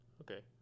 Okay